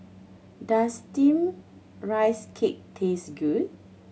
does Steamed Rice Cake taste good